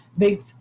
big